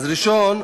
דבר ראשון,